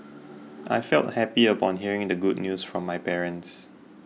I felt happy upon hearing the good news from my parents